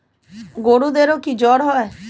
গরুদেরও কি জ্বর হয়?